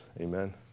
Amen